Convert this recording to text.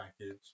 package